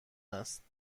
است